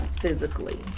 physically